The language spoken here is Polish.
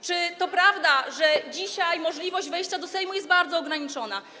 Czy to prawda, że dzisiaj możliwość wejścia do Sejmu jest bardzo ograniczona?